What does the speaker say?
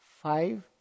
five